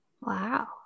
wow